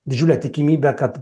didžiulę tikimybę kad